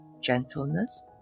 gentleness